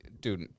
Dude